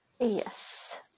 Yes